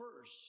first